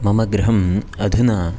मम गृहम् अधुना